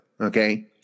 Okay